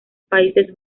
países